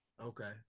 Okay